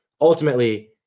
ultimately